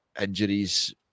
injuries